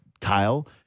Kyle